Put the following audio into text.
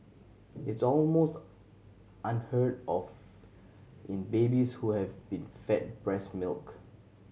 it's almost unheard of in babies who have been fed breast milk